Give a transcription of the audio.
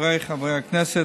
חבריי חברי הכנסת,